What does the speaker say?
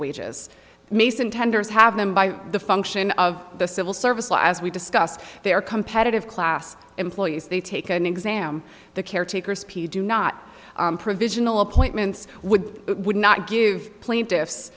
wages mason tenders have them by the function of the civil service law as we discussed their competitive class employees they take an exam the caretaker speed do not provisional appointments would would not give plaintiffs